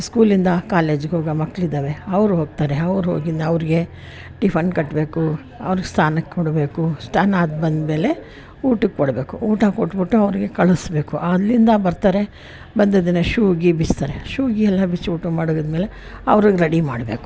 ಇಸ್ಕೂಲಿಂದ ಕಾಲೇಜಿಗೆ ಹೋಗೋ ಮಕ್ಕಳಿದಾವೆ ಅವ್ರು ಹೋಗ್ತಾರೆ ಅವ್ರು ಹೋಗಿ ಅವ್ರಿಗೆ ಟಿಫನ್ ಕಟ್ಟಬೇಕು ಅವ್ರಿಗೆ ಸ್ನಾನಕ್ಕೆ ಕೊಡಬೇಕು ಸ್ನಾನ ಆಗಿ ಬಂದಮೇಲೆ ಊಟಕ್ಕೆ ಕೊಡಬೇಕು ಊಟ ಕೊಟ್ಟುಬಿಟ್ಟು ಅವ್ರಿಗೆ ಕಳಿಸ್ಬೇಕು ಅಲ್ಲಿಂದ ಬರ್ತಾರೆ ಬಂದಿದ್ದೇನೆ ಶೂ ಗಿ ಬಿಚ್ತಾರೆ ಶೂ ಗಿ ಎಲ್ಲ ಬಿಚ್ಚಿಬಿಟ್ಟು ಮಡಗಿದ್ಮೇಲೆ ಅವ್ರನ್ನು ರೆಡಿ ಮಾಡಬೇಕು